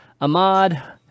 Ahmad